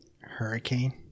Hurricane